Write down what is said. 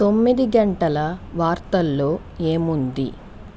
తొమ్మిది గంటల వార్తల్లో ఏమి ఉంది